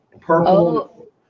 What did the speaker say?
Purple